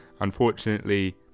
unfortunately